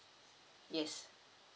yes